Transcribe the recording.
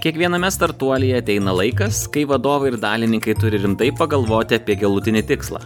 kiekviename startuolyje ateina laikas kai vadovai ir dalininkai turi rimtai pagalvoti apie galutinį tikslą